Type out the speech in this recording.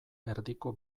erdiko